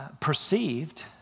perceived